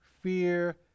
fear